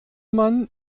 man